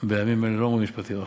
בימים אלה לא אומרים "משפטים אחרונים".